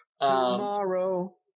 Tomorrow